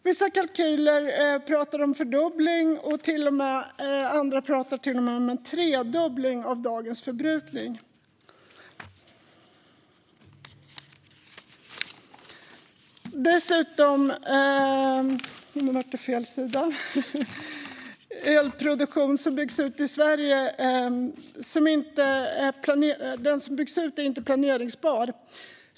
Vissa kalkyler talar om en fördubbling, andra till och med om en tredubbling av dagens förbrukning. Dessutom är den elenergiproduktion som byggs ut i Sverige inte planerbar.